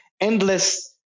endless